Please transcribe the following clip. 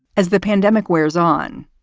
as the pandemic wears on,